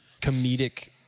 comedic